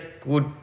good